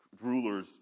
rulers